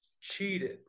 Cheated